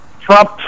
Trump